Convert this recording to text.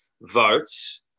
votes